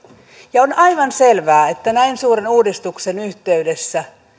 ja on aivan selvää että näin suuren uudistuksen yhteydessä